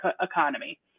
economy